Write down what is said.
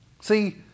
See